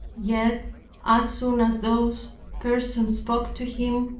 yet as soon as those persons spoke to him,